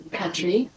country